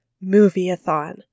Movie-a-thon